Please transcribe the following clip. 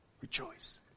Rejoice